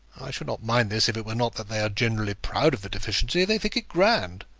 i should not mind this, if it were not that they are generally proud of the deficiency. they think it grand.